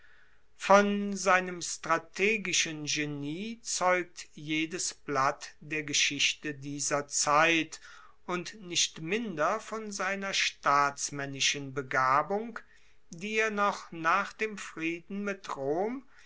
von seinem strategischen genie zeugt jedes blatt der geschichte dieser zeit und nicht minder von seiner staatsmaennischen begabung die er noch nach dem frieden mit rom